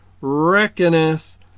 reckoneth